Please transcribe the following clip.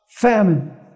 Famine